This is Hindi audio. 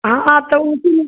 हाँ तो उसी में